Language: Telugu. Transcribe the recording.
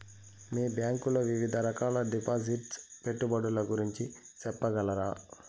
మీ బ్యాంకు లో వివిధ రకాల డిపాసిట్స్, పెట్టుబడుల గురించి సెప్పగలరా?